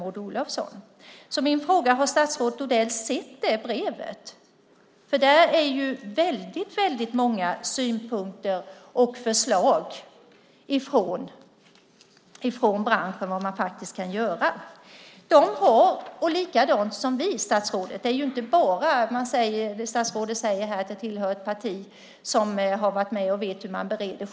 Har statsrådet Odell sett detta brev? Där finns många synpunkter och förslag från branschen på vad man faktiskt kan göra. Statsrådet sade att jag ingår i ett parti som vet hur man bereder.